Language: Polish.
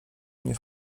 mnie